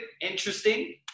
interesting